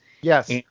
Yes